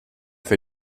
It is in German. für